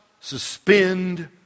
suspend